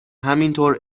همینطور